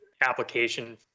application